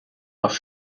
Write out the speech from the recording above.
off